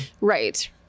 Right